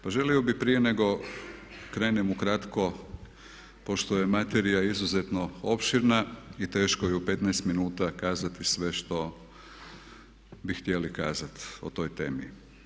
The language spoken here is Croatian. Pa želio bi prije nego krenem ukratko pošto je materija izuzetno opširna i teško ju je u 15 minuta kazati sve što bi htjeli kazati o toj temi.